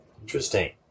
Interesting